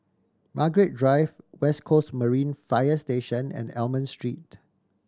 Margaret Drive West Coast Marine Fire Station and Almond Street